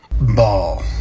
Ball